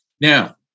Now